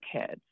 kids